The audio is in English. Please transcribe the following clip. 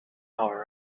our